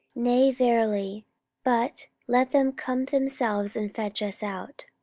nay verily but let them come themselves and fetch us out.